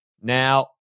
Now